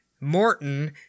Morton